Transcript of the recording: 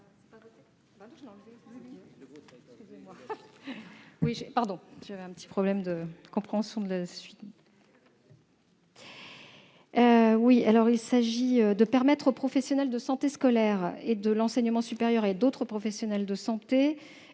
amendement de permettre aux professionnels de santé scolaire et de l'enseignement supérieur ainsi qu'à d'autres professionnels de santé,